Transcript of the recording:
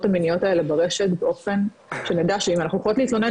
המיניות האלה ברשת באופן של עמדה שאם אנחנו הולכות להתלונן,